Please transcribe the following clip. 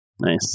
nice